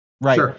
Right